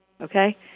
Okay